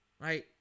right